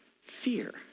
fear